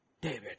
David